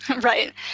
Right